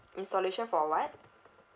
installation for what